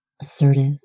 assertive